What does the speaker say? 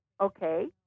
okay